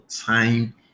time